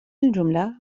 الجملة